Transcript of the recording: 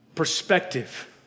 Perspective